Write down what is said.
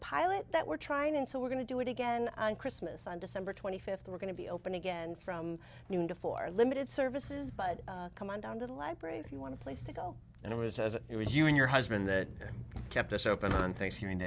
pilot that we're trying and so we're going to do it again on christmas on december twenty fifth we're going to be open again from noon to four limited services but come on down to the library's one place to go and it was as if it was you and your husband that kept us open on thanksgiving